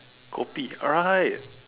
kopi oh right